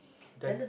then the